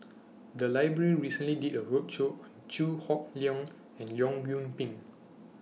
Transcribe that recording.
The Library recently did A roadshow on Chew Hock Leong and Leong Yoon Pin